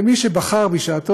מי שבחר בשעתו,